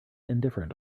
indifferent